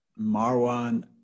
Marwan